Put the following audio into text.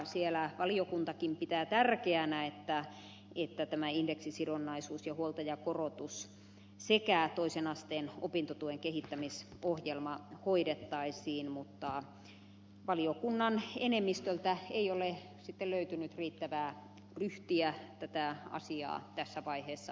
siellä valiokuntakin pitää tärkeänä että indeksisidonnaisuus ja huoltajakorotus sekä toisen asteen opintotuen kehittämisohjelma hoidettaisiin mutta valiokunnan enemmistöltä ei ole sitten löytynyt riittävää ryhtiä tätä asiaa tässä vaiheessa hoitaa kuntoon